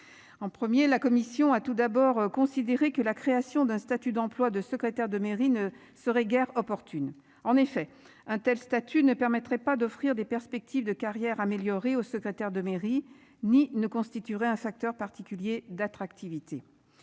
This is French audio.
En premier, la commission a tout d'abord considérer que la création d'un statut d'emploi de secrétaire de mairie ne serait guère opportune en effet un tel statut ne permettrait pas d'offrir des perspectives de carrière améliorée au secrétaire de mairie ni ne constituerait un facteur particulier d'attractivité.